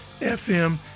FM